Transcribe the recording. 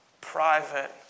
private